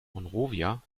monrovia